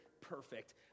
Perfect